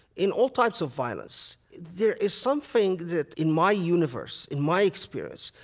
in all types of violence, there is something that in my universe, in my experience,